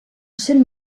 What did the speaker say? sent